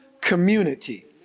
community